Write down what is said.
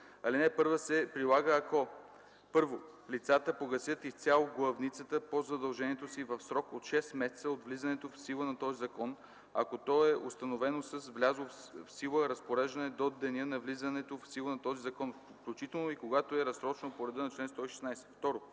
Алинея 1 се прилага, ако: 1. лицата погасят изцяло главницата по задължението си в срок от 6 месеца от влизането в сила на този закон, ако то е установено с влязло в сила разпореждане до деня на влизането в сила на този закон, включително и когато е разсрочено по реда на чл. 116; 2.